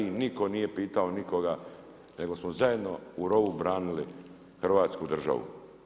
Nitko nije pitao nikoga nego smo zajedno u rovu branili Hrvatsku državu.